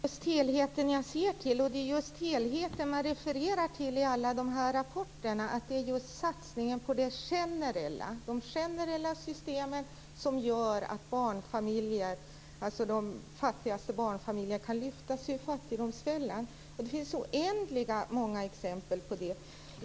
Fru talman! Det är just helheten jag ser till, och det är just helheten man refererar till i alla dessa rapporter. Det är just satsningen på de generella systemen som gör att de fattigaste barnfamiljerna kan lyfta sig ur fattigdomsfällan. Det finns oändligt många exempel på det.